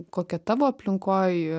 kokia tavo aplinkoj